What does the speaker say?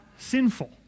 Sinful